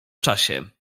czasie